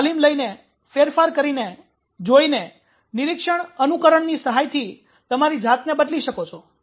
તમે તાલીમ લઈને ફેરફાર કરી જોઈને નિરીક્ષણ અનુકરણ ની સહાયથી તમારી જાતને બદલી શકો છો